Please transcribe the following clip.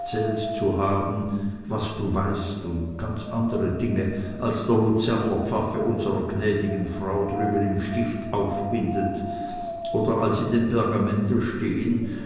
zu haben was du weißt und ganz andere dinge als der luzernerpfaffe unserer gnädigen frau drüben im stift aufbindet oder als in dem pergamente stehen